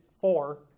Four